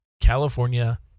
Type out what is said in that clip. California